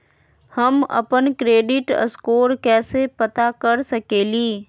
हम अपन credit score कैसे पता कर सकेली?